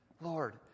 Lord